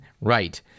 Right